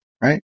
right